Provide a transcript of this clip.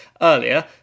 earlier